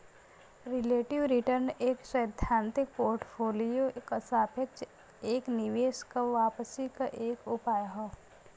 relative return एक सैद्धांतिक portfolio क सापेक्ष एक निवेश क वापसी क एक उपाय हौ